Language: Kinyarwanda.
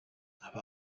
aba